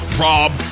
Rob